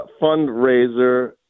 fundraiser